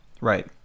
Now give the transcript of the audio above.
Right